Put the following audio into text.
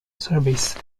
service